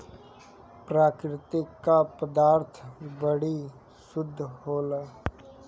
प्रकृति क पदार्थ बड़ी शुद्ध होला